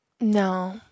No